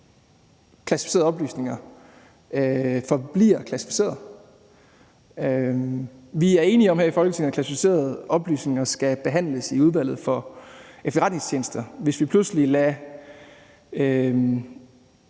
klassificerede oplysninger forbliver klassificerede. Vi er enige om her i Folketinget, at klassificerede oplysninger skal behandles i Udvalget for Efterretningstjenesterne. Hvis vi pludselig lader